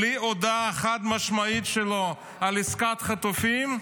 בלי הודעה חד-משמעית שלו על עסקת חטופים,